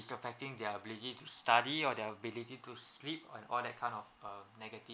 affecting their ability to study or their ability to sleep on all that kind of uh negative